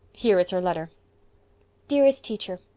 here is her letter dearest teacher,